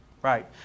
Right